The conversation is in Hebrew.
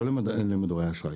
לא למודרי אשראי.